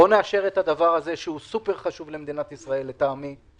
בואו נאשר את הדבר הזה שהוא סופר חשוב למדינת ישראל ולחוסכים.